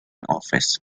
office